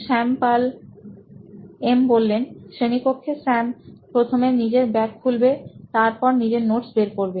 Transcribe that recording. শ্যাম পাল এম শ্রেণীকক্ষে স্যাম প্রথমে নিজের ব্যাগ খুলবে তারপর নিজের নোটস বের করবে